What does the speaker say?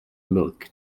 milk